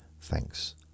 Thanks